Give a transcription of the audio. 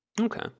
Okay